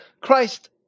Christ